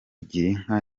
girinka